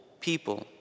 people